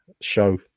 show